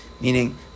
Meaning